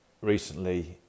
Recently